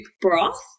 broth